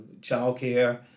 childcare